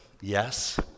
Yes